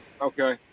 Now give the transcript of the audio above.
Okay